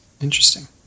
Interesting